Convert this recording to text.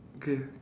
okay